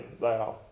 thou